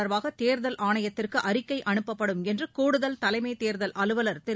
தொடர்பாக தேர்தல் ஆணையத்திற்கு அறிக்கை அனுப்பப்படும் என்று கூடுதல் தலைமை தேர்தல் அலுவலர் திரு